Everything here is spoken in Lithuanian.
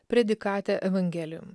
predikate evangelium